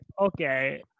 okay